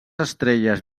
estrelles